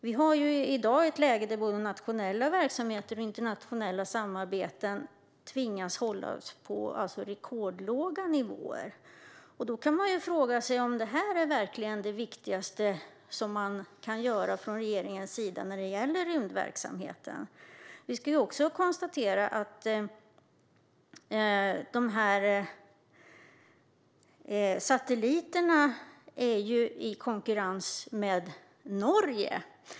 Vi har i dag ett läge då både nationella verksamheter och internationella samarbeten tvingas hålla sig på rekordlåga nivåer. Då kan man fråga sig om detta verkligen är det viktigaste regeringen kan göra vad gäller rymdverksamheten. När det gäller satelliterna konkurrerar vi dessutom med Norge.